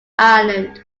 ireland